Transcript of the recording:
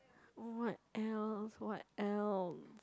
what else what else